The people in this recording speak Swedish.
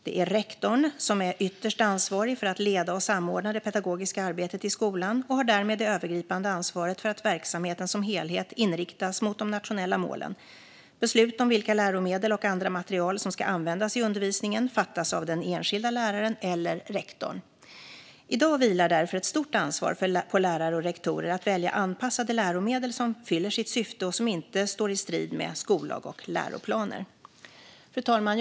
Det är rektorn som är ytterst ansvarig för att leda och samordna det pedagogiska arbetet i skolan och som därmed har det övergripande ansvaret för att verksamheten som helhet inriktas mot de nationella målen. Beslut om vilka läromedel och andra material som ska användas i undervisningen fattas av den enskilda läraren eller rektorn. I dag vilar därför ett stort ansvar på lärare och rektorer att välja anpassade läromedel som fyller sitt syfte och som inte står i strid med skollag och läroplaner. Fru talman!